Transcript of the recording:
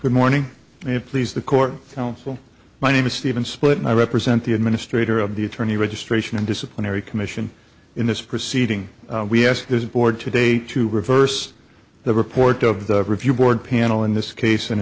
good morning if please the court counsel my name is stephen split and i represent the administrator of the attorney registration and disciplinary commission in this proceeding we asked his board today to reverse the report of the review board panel in this case and